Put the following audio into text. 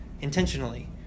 intentionally